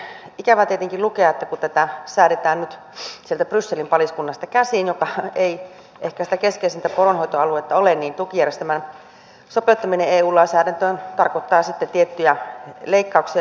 on ikävä tietenkin lukea kun tätä säädetään nyt sieltä brysselin paliskunnasta käsin joka ei ehkä sitä keskeisintä poronhoitoaluetta ole että tukijärjestelmän sopeuttaminen eu lainsäädäntöön tarkoittaa sitten tiettyjä leikkauksia